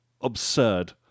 absurd